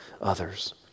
others